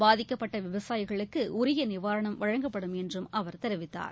பாதிக்கப்பட்ட விவசாயிகளுக்கு உரிய நிவாரணம் வழங்கப்படும் என்றும் அவர் தெரிவித்தார்